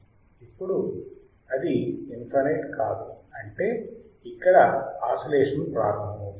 ఇప్పుడు అది ఇన్ఫైనైట్ కాదు అంటే ఇక్కడ ఆసిలేషన్ ప్రారంభమవుతుంది